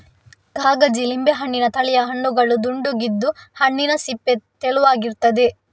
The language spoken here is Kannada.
ಕಾಗಜಿ ಲಿಂಬೆ ಹಣ್ಣಿನ ತಳಿಯ ಹಣ್ಣುಗಳು ದುಂಡಗಿದ್ದು, ಹಣ್ಣಿನ ಸಿಪ್ಪೆ ತೆಳುವಾಗಿರ್ತದೆ